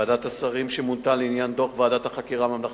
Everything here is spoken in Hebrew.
ועדת השרים שמונתה לעניין דוח ועדת החקירה הממלכתית,